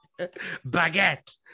Baguette